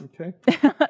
Okay